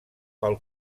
pel